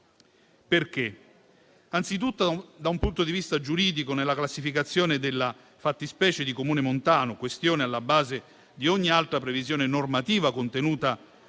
innanzitutto da un punto di vista giuridico, nella classificazione della fattispecie di Comune montano, questione alla base di ogni altra previsione normativa contenuta